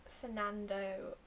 Fernando